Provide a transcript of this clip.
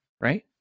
right